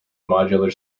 modular